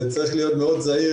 וצריך להיות מאוד זהיר,